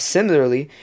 Similarly